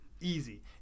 Easy